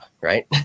Right